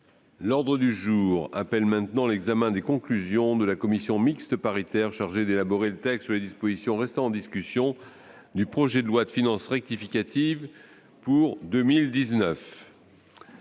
L'ordre du jour appelle l'examen des conclusions de la commission mixte paritaire chargée d'élaborer un texte sur les dispositions restant en discussion du projet de loi de finances rectificative pour 2019